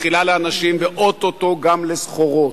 תחילה לאנשים ואו-טו-טו גם לסחורות.